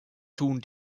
tun